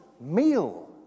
meal